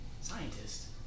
Scientist